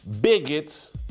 bigots